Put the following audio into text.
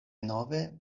nove